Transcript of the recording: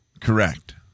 Correct